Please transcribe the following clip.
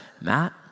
Matt